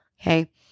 okay